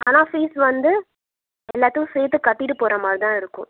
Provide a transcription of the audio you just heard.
ஆனால் ஃபீஸ் வந்து எல்லார்த்துக்கும் சேர்த்து கட்டிவிட்டு போகிற மாதிரி தான் இருக்கும்